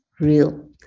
real